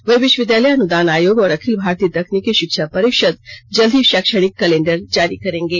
वहीं विश्वविद्यालय अनुदान आयोग और अखिल भारतीय तकनीकी शिक्षा परिषद जल्द ही षैक्षणिक कैलेंडर जारी करेंगे